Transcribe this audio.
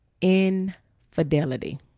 Infidelity